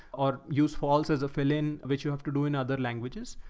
or use falls as a fill-in, which you have to do in other languages.